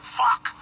fuck